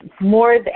more